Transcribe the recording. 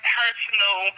personal